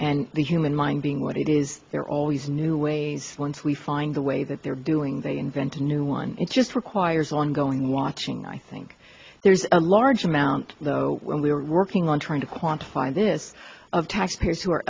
and the human mind being what it is there are always new ways once we find the way that they're doing they invent a new one it just requires ongoing watching i think there's a large amount though we're working on trying to quantify this of tax payers who are